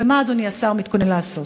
מה אדוני השר מתכונן לעשות?